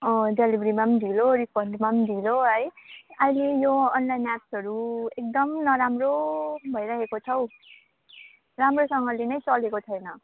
अँ डेलिभरीमा पनि ढिलो रिफन्डमा पनि ढिलो है अहिले यो अनलाइन एप्पहरू एकदम नराम्रो भइराखेको छ हौ राम्रोसँगले नै चलेको छैन